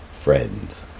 friends